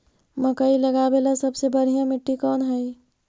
मकई लगावेला सबसे बढ़िया मिट्टी कौन हैइ?